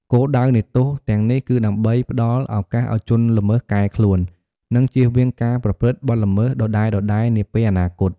គោលដៅនៃទោសទាំងនេះគឺដើម្បីផ្តល់ឱកាសឲ្យជនល្មើសកែខ្លួន និងជៀសវាងការប្រព្រឹត្តបទល្មើសដដែលៗនាពេលអនាគត។